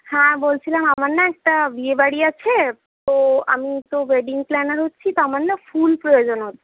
হ্যাঁ বলছিলাম আমার না একটা বিয়েবাড়ি আছে তো আমি তো ওয়েডিং প্ল্যানার হচ্ছি তো আমার না ফুল প্রয়োজন